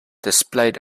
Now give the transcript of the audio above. displayed